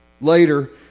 Later